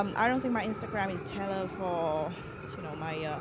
um i don't think my instagram is tailored for, you know, my ah